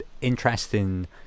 interesting